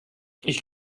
ich